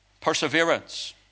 Perseverance